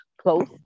close